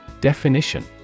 Definition